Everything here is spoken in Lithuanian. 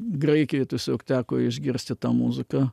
graikijoj tiesiog teko išgirsti tą muziką